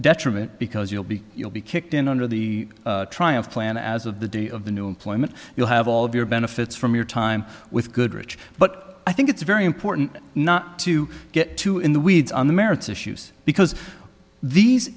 detriment because you'll be you'll be kicked in under the triumph plan as of the day of the new employment you'll have all of your benefits from your time with goodrich but i think it's very important not to get too in the weeds on the merits issues because these